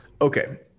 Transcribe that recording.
okay